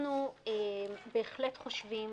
אנחנו בהחלט חושבים